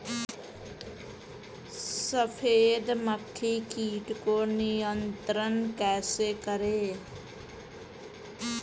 सफेद मक्खी कीट को नियंत्रण कैसे करें?